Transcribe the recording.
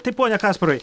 taip pone kasparai